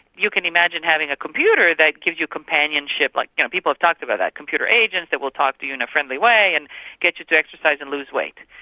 you can imagine having a computer that gives you companionship. like you know people have talked about that, computer agents that will talk to you in a friendly way and get you to exercise and lose weight.